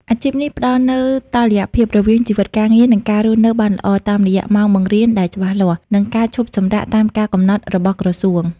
អាជីពនេះផ្តល់នូវតុល្យភាពរវាងជីវិតការងារ និងការរស់នៅបានល្អ តាមរយៈម៉ោងបង្រៀនដែលច្បាស់លាស់ និងការឈប់សម្រាកតាមការកំណត់របស់ក្រសួង។